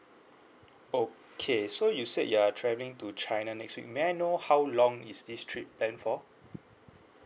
okay so you said you are travelling to china next week may I know how long is this trip planned for